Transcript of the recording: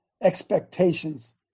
expectations